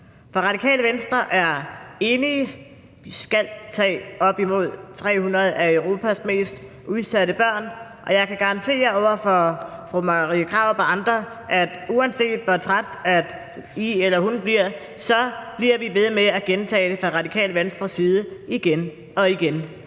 For Radikale Venstre er enig: Vi skal tage op imod 300 af Europas mest udsatte børn, og jeg kan garantere over for fru Marie Krarup og andre, at uanset hvor trætte I bliver, så bliver vi ved med at gentage det igen og igen fra Radikale Venstres side. For vi